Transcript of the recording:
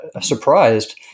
surprised